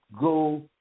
go